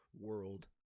world